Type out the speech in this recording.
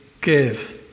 give